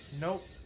Nope